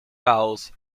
vowels